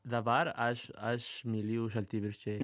dabar aš aš myliu šaltibarščiai